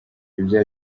ibyo